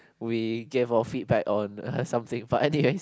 we gave our feedback on something but anyways